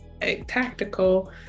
tactical